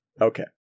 Okay